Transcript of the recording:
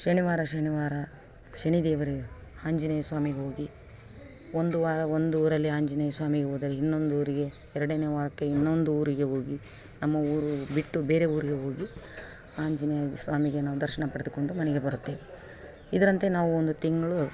ಶನಿವಾರ ಶನಿವಾರ ಶನಿದೇವರಿಗೆ ಆಂಜನೇಯ ಸ್ವಾಮಿಗೆ ಹೋಗಿ ಒಂದು ವಾರ ಒಂದು ಊರಲ್ಲಿ ಆಂಜನೇಯ ಸ್ವಾಮಿಗೆ ಹೋದಲ್ಲಿ ಇನ್ನೊಂದು ಊರಿಗೆ ಎರಡನೆ ವಾರಕ್ಕೆ ಇನ್ನೊಂದು ಊರಿಗೆ ಹೋಗಿ ನಮ್ಮ ಊರು ಬಿಟ್ಟು ಬೇರೆ ಊರಿಗೆ ಹೋಗಿ ಆಂಜನೇಯ ಸ್ವಾಮಿಗೆ ನಾವು ದರ್ಶನ ಪಡೆದುಕೊಂಡು ಮನೆಗೆ ಬರುತ್ತೇವೆ ಇದರಂತೆ ನಾವು ಒಂದು ತಿಂಗಳು